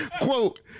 quote